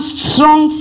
strong